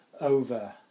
over